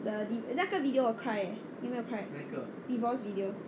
the di~ 那个 video 我 cry eh 你有没有 cry divorce video